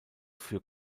für